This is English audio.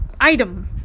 item